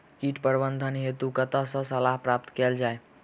कीट प्रबंधन हेतु कतह सऽ सलाह प्राप्त कैल जाय?